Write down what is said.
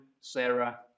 Sarah